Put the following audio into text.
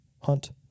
Hunt